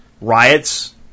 Riots